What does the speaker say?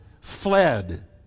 fled